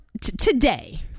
today